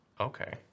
Okay